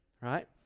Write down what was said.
right